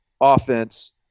offense